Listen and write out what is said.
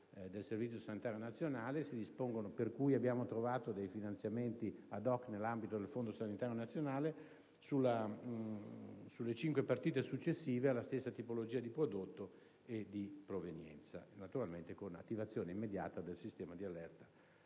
del Servizio sanitario nazionale, attraverso il reperimento di finanziamenti *ad hoc* nell'ambito del fondo sanitario nazionale), sulle cinque partite successive alla stessa tipologia di prodotto e di provenienza, con attivazione immediata del sistema di allerta